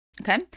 okay